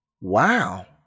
Wow